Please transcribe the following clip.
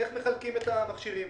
איך מחלקים את המכשירים.